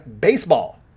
Baseball